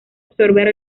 absorber